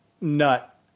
nut